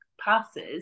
passes